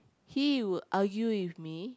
he will argue with me